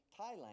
Thailand